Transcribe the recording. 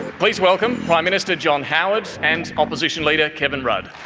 please welcome prime minister john howard and opposition leader kevin rudd.